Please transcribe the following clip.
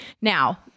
Now